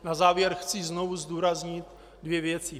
Na závěr chci znovu zdůraznit dvě věci.